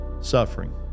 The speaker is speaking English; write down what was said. suffering